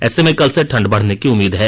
ऐसे में कल से ठंड बढ़ने की उम्मीद है